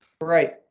right